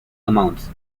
amounts